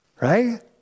Right